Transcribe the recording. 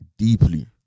Deeply